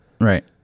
Right